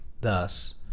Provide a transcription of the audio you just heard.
Thus